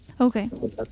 Okay